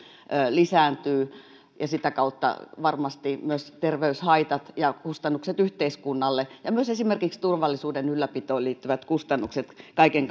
lisääntyy ja sitä kautta varmasti myös terveyshaitat ja kustannukset yhteiskunnalle ja myös esimerkiksi turvallisuuden ylläpitoon liittyvät kustannukset kaiken